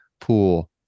pool